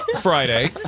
Friday